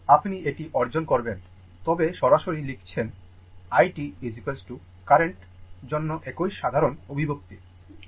আপনি এটি অর্জন করবেন তবে সরাসরি লিখছেন i t কারেন্ট জন্য একই সাধারণ অভিব্যক্তি